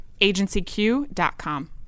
agencyq.com